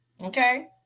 Okay